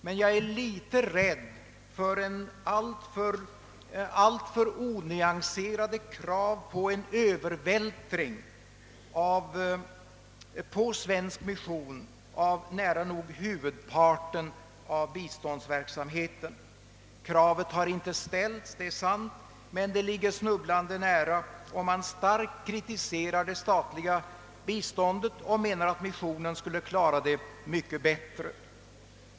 Men jag är litet rädd för alltför onyanserade krav på en övervältring på svensk mission av nära nog huvudparten av biståndsverksamheten. Kravet har inte ställts — det är sant — men det ligger snubblande nära, om man starkt kritiserar den statliga hjälpen och menar att missionen skulle klara det hela mycket bättre.